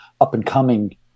up-and-coming